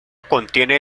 contiene